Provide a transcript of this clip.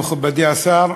מכובדי השר,